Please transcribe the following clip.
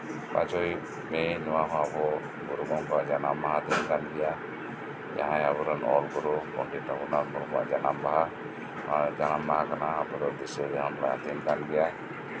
ᱯᱟᱸᱪᱮᱭ ᱢᱮ ᱱᱚᱣᱟ ᱦᱚᱸ ᱟᱵᱚ ᱜᱩᱨᱩ ᱜᱚᱝᱠᱟᱣᱟᱜ ᱡᱟᱱᱟᱢ ᱢᱟᱦᱟ ᱠᱟᱱ ᱜᱮᱭᱟ ᱡᱟᱦᱟᱸᱭ ᱟᱵᱚ ᱨᱮᱱ ᱚᱞ ᱜᱩᱨᱩ ᱯᱚᱱᱰᱤᱛ ᱨᱚᱜᱷᱩᱱᱟᱛᱷ ᱢᱩᱨᱢᱩᱣᱟᱜ ᱡᱟᱱᱟᱢ ᱢᱟᱦᱟ ᱟᱨ ᱡᱟᱱᱟᱢ ᱢᱟᱦᱟ ᱠᱟᱱᱟ ᱟᱵᱚᱨᱮᱱ ᱟᱜᱤᱞ ᱦᱟᱯᱲᱟᱢ ᱜᱮ ᱠᱟᱱ ᱜᱮᱭᱟᱭ